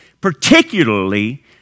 particularly